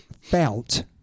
felt